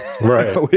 Right